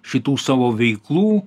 šitų savo veiklų